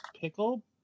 pickle